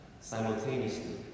simultaneously